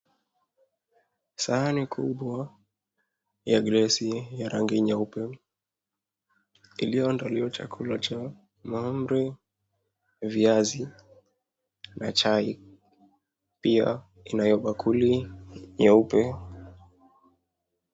Sahani kubwa ya glesi ya rangi nyeupe iliyoandaliwa chakula cha mahamri, viazi na chai. Pia inayo bakuli nyeupe.